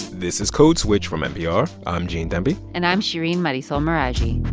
this is code switch from npr. i'm gene demby and i'm shereen marisol meraji.